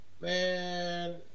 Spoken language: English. Man